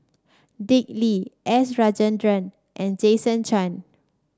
Dick Lee S Rajendran and Jason Chan